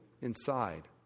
inside